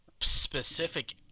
specific